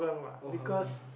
uh Hougang uh